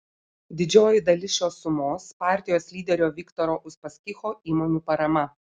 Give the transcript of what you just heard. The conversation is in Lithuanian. didžioji dalis šios sumos partijos lyderio viktoro uspaskicho įmonių parama